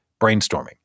brainstorming